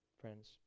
friends